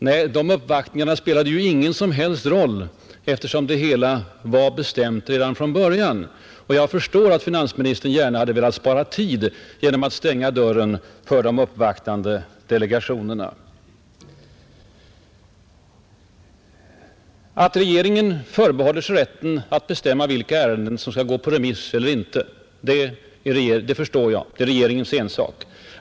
Nej, uppvaktningarna spelade ju ingen som helst roll, eftersom det hela var uppgjort redan från början. Och jag förstår därför att finansministern gärna hade velat spara tid genom att stänga dörren för de uppvaktande delegationerna. Att regeringen förbehåller sig rätten att bestämma vilka ärenden som skall remitteras förstår jag. Det är regeringens ensak.